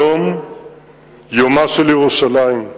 היום יומה של ירושלים,